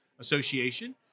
Association